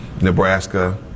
Nebraska